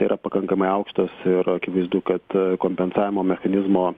yra pakankamai aukštos ir akivaizdu kad kompensavimo mechanizmo